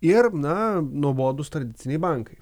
ir na nuobodūs tradiciniai bankai